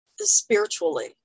spiritually